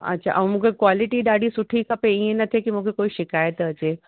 अछा ऐं मूंखे क्वॉलिटी ॾाढी सुठी खपे इअं न की मूंखे कोई शिकायत अचे